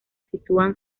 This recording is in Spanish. sitúan